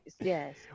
yes